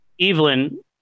Evelyn